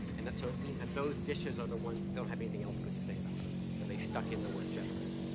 and that, so it means that those dishes are the ones that they don't have anything else good to say about them and they stuck in the word generous.